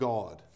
God